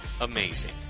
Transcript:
amazing